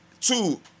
two